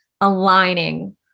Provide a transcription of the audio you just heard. aligning